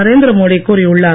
நரேந்திரமோடி கூறியுள்ளார்